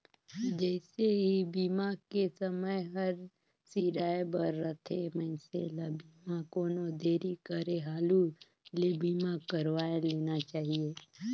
जइसे ही बीमा के समय हर सिराए बर रथे, मइनसे ल बीमा कोनो देरी करे हालू ले बीमा करवाये लेना चाहिए